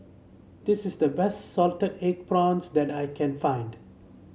this is the best Salted Egg Prawns that I can find